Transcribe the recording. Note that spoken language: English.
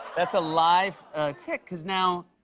that's a live tick. because now,